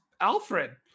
Alfred